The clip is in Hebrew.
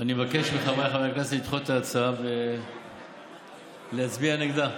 אני מבקש מחבריי חברי הכנסת לדחות את ההצעה ולהצביע נגדה.